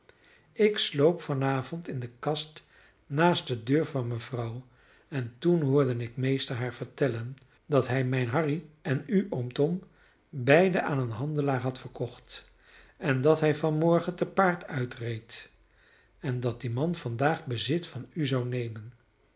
ik sloop van avond in de kast naast de deur van mevrouw en toen hoorde ik meester haar vertellen dat hij mijn harry en u oom tom beiden aan een handelaar had verkocht en dat hij van morgen te paard uitreed en dat die man vandaag bezit van u zou nemen